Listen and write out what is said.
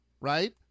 right